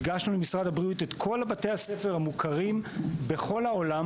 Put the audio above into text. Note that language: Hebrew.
הגשנו למשרד הבריאות את כל בתי הספר המוכרים בכל העולם